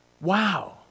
Wow